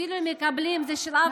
אפילו אם מקבלים, זה של,